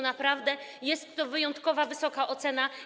Naprawdę jest to wyjątkowo wysoka ocena.